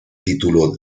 título